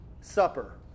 supper